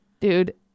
dude